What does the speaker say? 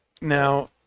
now